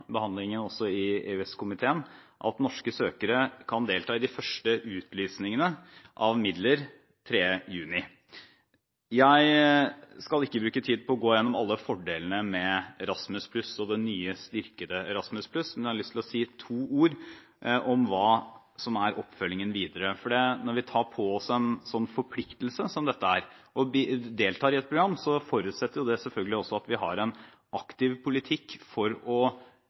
behandlingen også i EØS-komiteen – at norske søkere kan delta i de første utlysningene av midler 3. juni. Jeg skal ikke bruke tid på å gå gjennom alle fordelene med Erasmus+ og det nye styrkede Erasmus+, men jeg har lyst til å si et par ord om hva som er oppfølgingen videre. Når vi tar på oss en slik forpliktelse som dette er, og vi deltar i et program, forutsetter det selvfølgelig også at vi har en aktiv politikk for å